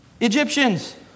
Egyptians